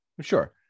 Sure